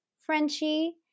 Frenchie